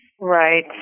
Right